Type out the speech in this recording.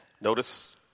Notice